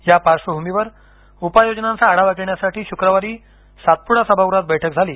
या पार्श्वभूमीवर उपाययोजनांचा आढावा घेण्यासाठी शुक्रवारी सातपुडा सभागृहात बैठक झाली